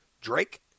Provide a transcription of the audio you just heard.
Drake